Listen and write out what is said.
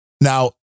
Now